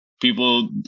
People